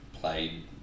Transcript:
played